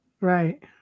right